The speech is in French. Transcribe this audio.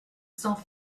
cents